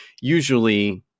usually